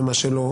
ולמה שלא,